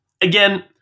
again